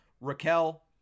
Raquel